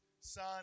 son